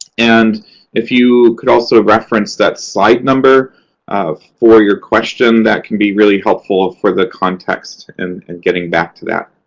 and if you could also reference that slide number for your question, that can be really helpful for the context and and getting back to that.